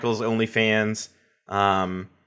OnlyFans